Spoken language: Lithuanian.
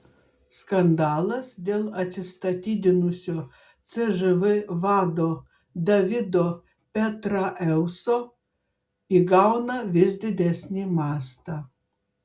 skandalas dėl atsistatydinusio cžv vado davido petraeuso įgauna vis didesnį mastą